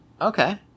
okay